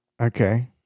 Okay